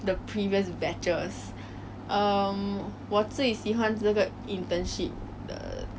so I can go out anytime I want to but just get the work done